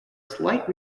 slight